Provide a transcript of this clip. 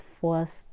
first